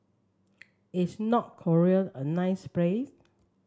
is North Korea a nice place